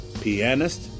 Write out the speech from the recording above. pianist